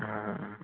ആ ആ